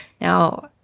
Now